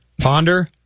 Ponder